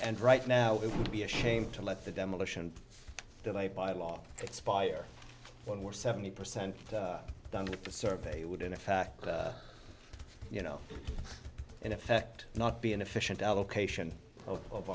and right now it would be a shame to let the demolition delay by law expire when we're seventy percent done with the survey would in effect you know in effect not be an efficient allocation of o